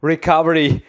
Recovery